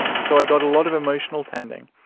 so i got a lot of emotional tending.